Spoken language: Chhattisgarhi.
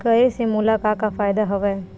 करे से मोला का का फ़ायदा हवय?